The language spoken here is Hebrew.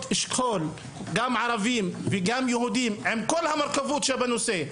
השכול גם ערבים וגם יהודים עם כל המורכבות שבנושא,